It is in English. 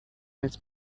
his